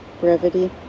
brevity